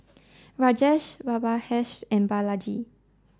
Rajesh Babasaheb and Balaji